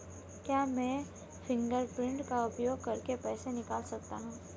क्या मैं फ़िंगरप्रिंट का उपयोग करके पैसे निकाल सकता हूँ?